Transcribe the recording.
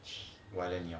why